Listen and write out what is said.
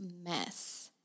mess